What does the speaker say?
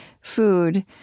food